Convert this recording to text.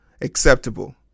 Acceptable